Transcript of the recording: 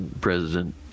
President